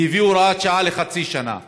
והביא הוראת שעה לחצי שנה.